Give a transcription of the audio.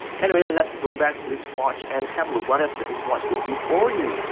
anyway let's go back to this watch and have a look what else that this watch could do for you.